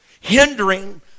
hindering